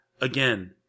again